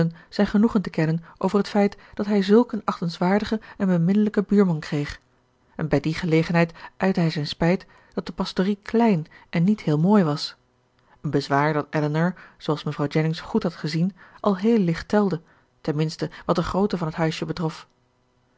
zijn genoegen te kennen over het feit dat hij zulk een achtenswaardigen en beminnelijken buurman kreeg en bij die gelegenheid uitte hij zijn spijt dat de pastorie klein en niet heel mooi was een bezwaar dat elinor zooals mevrouw jennings goed had gezien al heel licht telde ten minste wat de grootte van het huisje betrof